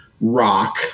rock